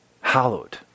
hallowed